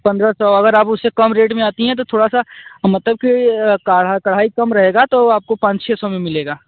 पंद्रह सौ अगर आप उससे कम रेट में आती हैं तो थोड़ा सा मतलब की काढ़ा कढ़ाई कम रहेगा तो आपको पाँच छह सौ में मिलेगा